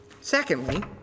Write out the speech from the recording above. Secondly